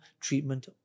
treatment